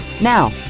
Now